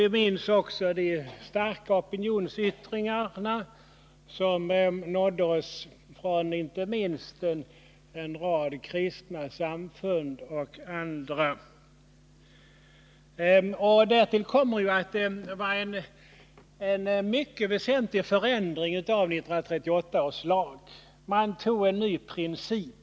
Vi minns också de starka opinionsyttringar som nådde oss från en rad kristna samfund och andra. Därtill kommer att lagen innebar mycket väsentliga förändringar av 1938 års lag. Man antog en ny princip.